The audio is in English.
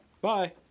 Bye